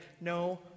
no